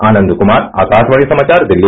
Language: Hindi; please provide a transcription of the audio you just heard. आनंद कुमार आकाशवाणी समाचार दिल्ली